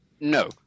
No